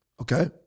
okay